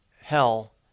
hell